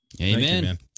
Amen